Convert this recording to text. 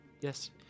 yes